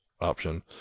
option